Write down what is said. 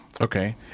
Okay